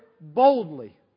boldly